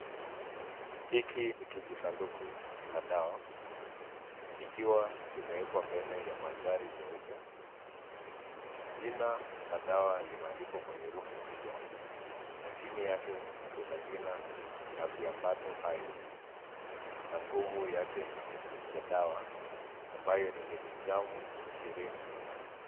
Hiki ni kijisanduku la dawa kikiwa kimewekwa mbele ya mandhari nyeupe. Jina la dawa limeandikwa kwa herufi kubwa na chini yake kuna jina la viambato hai na nguvu yake ya dawa ambayo ni miligramu ishirini.